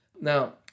Now